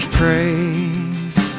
praise